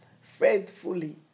faithfully